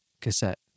cassette